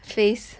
face